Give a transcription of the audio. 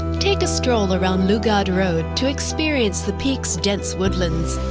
take a stroll around lugard road to experience the peak's dense woodlands.